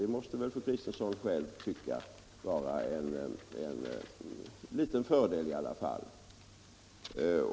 Det måste väl fru Kristensson själv tycka vara en liten fördel?